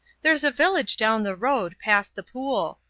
there's a village down the road, past the pool,